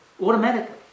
automatically